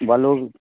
बोलू